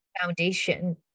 foundation